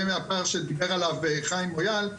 זה הפער שדיבר עליו חיים מויאל,